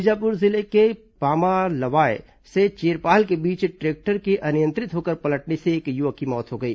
बीजापुर जिले में पामालवाय से चेरपाल के बीच ट्रैक्टर के अनियंत्रित होकर पलटने से एक युवक की मौत हो गई